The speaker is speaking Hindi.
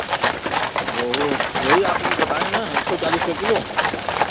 रोहू वही आपको बताएँ ना एक सौ चालीस का किलो